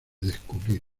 descubrir